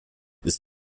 ist